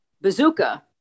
Bazooka